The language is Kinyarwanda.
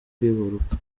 kwibaruka